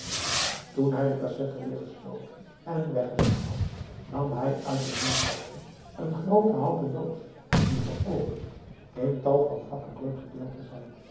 toen hij de cassette weer gesloten en weggezet had nam hij uit een muurkastje een groote houten doos die geopend in tal van vakken bleek verdeeld te zijn